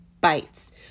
bites